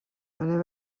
anem